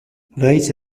nahiz